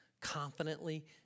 confidently